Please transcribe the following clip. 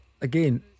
Again